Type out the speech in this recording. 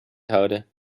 houden